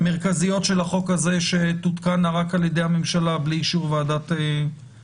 מרכזיות של החוק הזה שתותקנה רק על-ידי הממשלה בלי אישור ועדת החוקה.